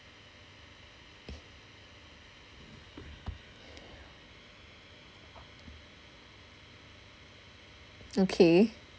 okay